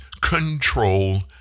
control